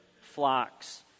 flocks